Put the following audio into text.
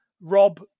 Rob